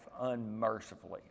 unmercifully